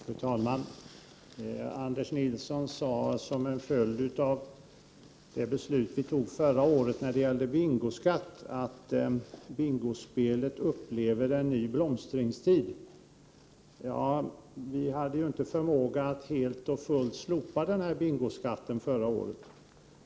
Fru talman! Anders Nilsson sade att som följd av det beslut när det gäller bingoskatt som vi fattade förra året upplever bingospelet en ny blomstringstid. Vi hade förra året inte förmåga att helt och fullt slopa denna bingoskatt.